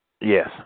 Yes